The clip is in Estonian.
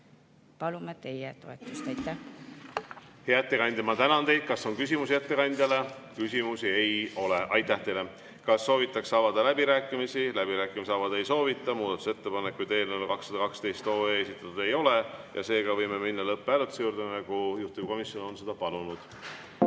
Palume teie toetust. Aitäh! Hea ettekandja, ma tänan teid! Kas on küsimusi ettekandjale? Küsimusi ei ole. Aitäh teile! Kas soovitakse avada läbirääkimisi? Läbirääkimisi avada ei soovita. Muudatusettepanekuid eelnõu 212 kohta esitatud ei ole, seega võime minna lõpphääletuse juurde, nagu juhtivkomisjon on seda palunud.